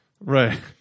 Right